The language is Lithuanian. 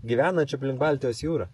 gyvenančių aplink baltijos jūrą